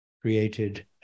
created